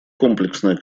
комплексная